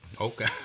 Okay